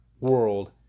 world